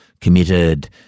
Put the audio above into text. committed